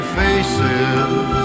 faces